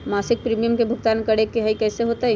मासिक प्रीमियम के भुगतान करे के हई कैसे होतई?